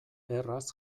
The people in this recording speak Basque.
erraz